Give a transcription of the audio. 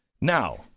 Now